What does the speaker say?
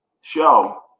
show